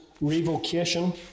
Revocation